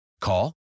Call